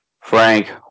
Frank